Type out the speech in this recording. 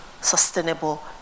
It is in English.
sustainable